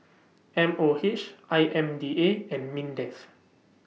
M O H I M D A and Mindef